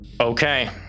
Okay